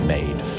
Made